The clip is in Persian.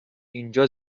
اینجا